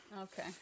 Okay